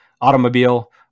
automobile